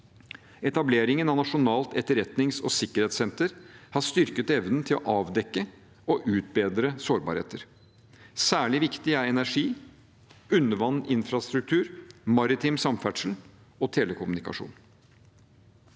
Etableringen av Nasjonalt etterretnings- og sikkerhetssenter har styrket evnen til å avdekke og utbedre sårbarheter. Særlig viktig er energi, undervannsinfrastruktur, maritim samferdsel og telekommunikasjon.